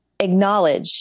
acknowledge